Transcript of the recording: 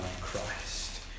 Christ